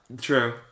True